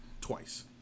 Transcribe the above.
twice